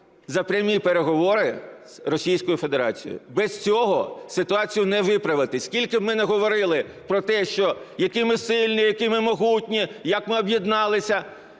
за прямі переговори з Російською Федерацією, без цього ситуацію не виправити, скільки б ми не говорили про те, що, які ми сильні, які ми могутні, як ми об'єдналися.